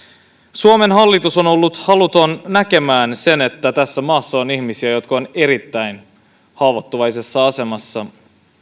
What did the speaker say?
suomen hallitus on ollut haluton näkemään sen että tässä maassa on ihmisiä jotka ovat erittäin haavoittuvaisessa asemassa